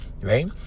right